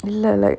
இல்ல:illa like